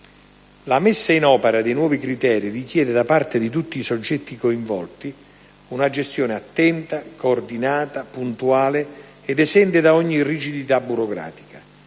La messa in opera dei nuovi criteri richiede da parte di tutti i soggetti coinvolti una gestione attenta, coordinata, puntuale ed esente da ogni rigidità burocratica.